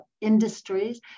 industries